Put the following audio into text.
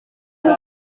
ari